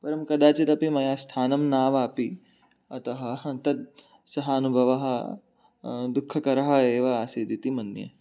परं कदाचिदपि मया स्थानं नावापि अतः तद् सः अनुभवः दुःखकरः एव आसीत् इति मन्ये